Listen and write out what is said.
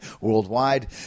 worldwide